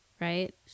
right